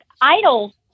idols